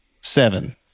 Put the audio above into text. Seven